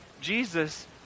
Jesus